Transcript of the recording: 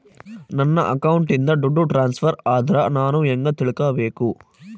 ನನ್ನ ಅಕೌಂಟಿಂದ ದುಡ್ಡು ಟ್ರಾನ್ಸ್ಫರ್ ಆದ್ರ ನಾನು ಹೆಂಗ ತಿಳಕಬೇಕು?